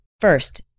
First